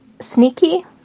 sneaky